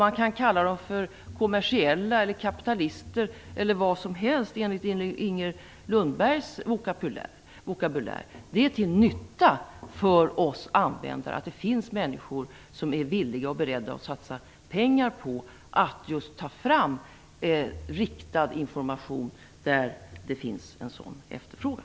Man kan kalla dem kommersiella, kapitalister eller vad som helst enligt Inger Lundbergs vokabulär. Det är till nytta för oss användare att det finns människor som är villiga och beredda att satsa pengar på att just ta fram riktad information i den mån det finns en sådan efterfrågan.